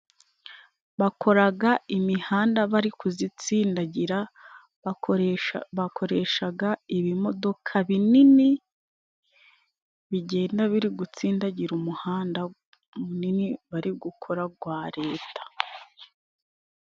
Bakoraga imihanda bari kuzitsindagira， bakoreshaga ibimodoka binini bigenda biri gutsindagira umuhanda munini bari gukora gwa Leta.